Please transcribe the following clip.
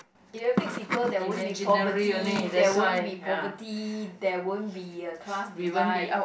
if everything is equal there won't be poverty there won't be poverty there won't be a class divide